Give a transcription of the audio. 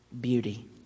beauty